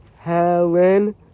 Helen